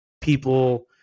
people